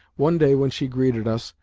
one day when she greeted us,